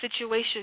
situation